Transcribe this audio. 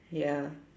ya